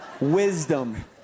Wisdom